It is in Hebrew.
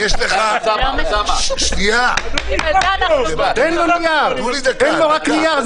תן לו רק נייר.